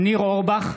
ניר אורבך,